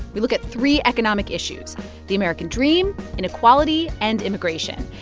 we look at three economic issues the american dream, inequality and immigration.